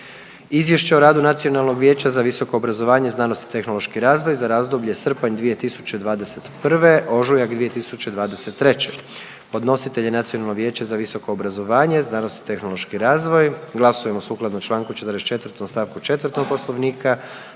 Izvješće o radu Nacionalnog vijeća za visoko obrazovanje, znanost i tehnološki razvoj za razdoblje srpanj 2021., ožujak 2023.. Podnositelj je Nacionalno vijeće za visoko obrazovanje, znanost i tehnološki razvoj, glasujmo sukladno čl. 44. st. 4. Poslovnika.